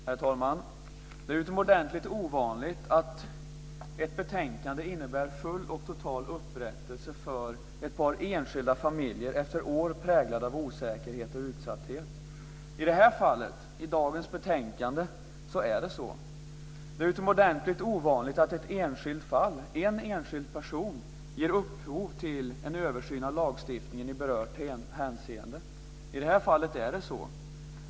Herr talman! Det är utomordentligt ovanligt att ett betänkande innebär full och total upprättelse för ett par enskilda familjer efter år präglade av osäkerhet och utsatthet. I det här fallet, i dagens betänkande, är det så. Det är utomordentligt ovanligt att ett enskilt fall, en enskild person, ger upphov till en översyn av lagstiftningen i berört hänseende. I det här fallet är det så.